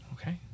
Okay